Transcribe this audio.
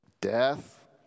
death